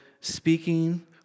speaking